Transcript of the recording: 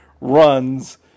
runs